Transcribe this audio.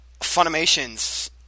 Funimation's